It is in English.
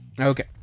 Okay